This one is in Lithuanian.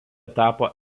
tapo